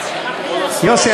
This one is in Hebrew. יוסי,